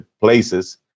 places